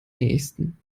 nähesten